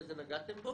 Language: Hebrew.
ונגעתם בו,